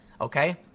okay